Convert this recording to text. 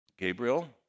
Gabriel